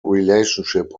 relationship